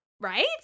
Right